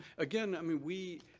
again, i mean we.